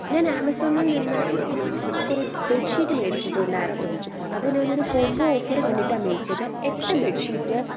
ഞാൻ ആമസോണിൽ നിന്ന് കുറേ ബെഡ് ഷീറ്റ് മേടിച്ചിട്ടുണ്ടായിരുന്നു അതു ഞാനൊരു കോംബോ ഓഫർ കണ്ടിട്ടാണ് മേടിച്ചത് എട്ടു ബെഡ് ഷീറ്റ്